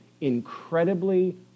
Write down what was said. incredibly